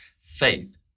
faith